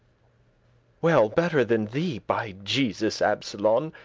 well better than thee, by jesus, absolon.